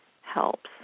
helps